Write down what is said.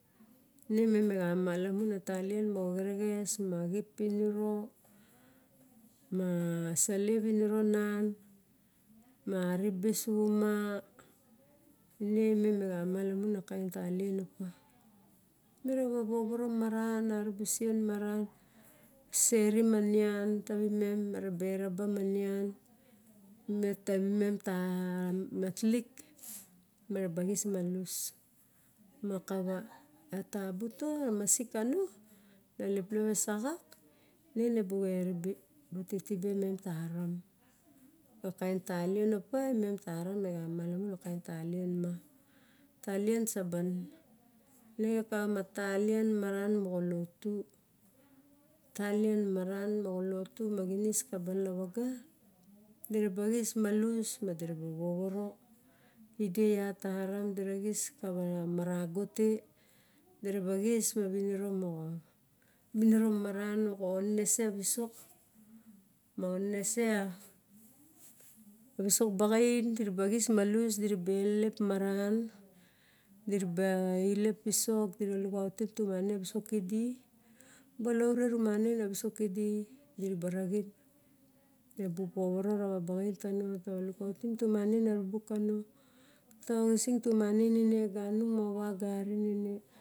Ne me mi xama lamun a talien moxa xerexes ma xip piniro ma sali viniro nan ma aribe suxuma ne mem mi xamalamun a kaen talien opa. Vovoro maran arubusren maran serim a nian tavi mem meraba eraba ma nian met tavi mem tamat lik meraba xis malus ma ka va e taba to masik kano na leplep e saxak ine ne bu eribe bu titbe mem haram a kaen talien opa mem taram me xamalamu a kaen talien ma talien saban ne kava ma talien maran moxa lotu talien maran moxa lotu ma xinis ka balan na vaga dira ba xis malus ma dir ba vovoro ide iat taram dira xis kava marago te dira ba xis ma vinoro mo viniro mamaran moxo nenese a visok moxonenese a visok a baxain dira ba xis malus dira ba elelep maran dira ba ilelep pisok di na luxautim tumagain avisok kidi balaure rumangain a visok kidi dira ba raxin ebu povoro rava baxain tano tavalukautim tumangain ebukano toxising tumangain ine ganung ova garin ine.